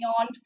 on